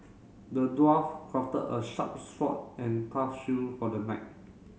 the dwarf crafted a sharp sword and tough shield for the knight